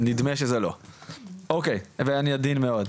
נדמה שזה לא ואני עוד עדין מאוד,